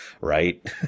right